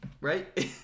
right